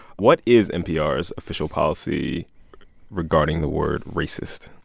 what is npr's official policy regarding the word racist?